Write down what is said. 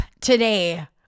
today